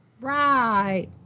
Right